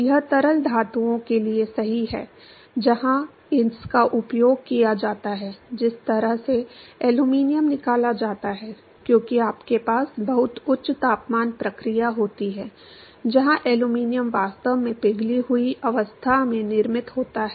यह तरल धातुओं के लिए सही है जहां इसका उपयोग किया जाता है जिस तरह से एल्यूमीनियम निकाला जाता है क्योंकि आपके पास बहुत उच्च तापमान प्रक्रिया होती है जहां एल्यूमीनियम वास्तव में पिघली हुई अवस्था में निर्मित होता है